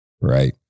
right